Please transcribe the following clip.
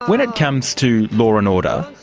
when it comes to law and order,